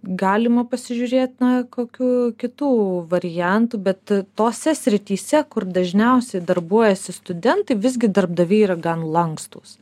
galima pasižiūrėt na kokių kitų variantų bet tose srityse kur dažniausiai darbuojasi studentai visgi darbdaviai yra gan lankstūs